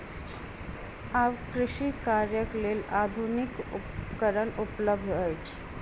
आब कृषि कार्यक लेल आधुनिक उपकरण उपलब्ध अछि